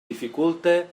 dificulte